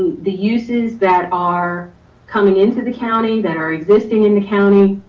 the uses that are coming into the county that are existing in the county.